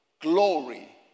Glory